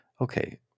Okay